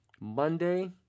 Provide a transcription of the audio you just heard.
Monday